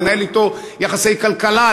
לנהל אתו יחסי כלכלה,